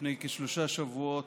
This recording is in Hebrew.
לפני כשלושה שבועות,